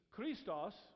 Christos